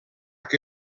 que